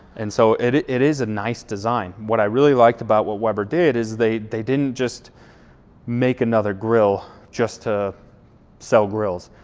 and so it it is a nice design. what i really liked about what weber did, is they they didn't just make another grill just to sell grills.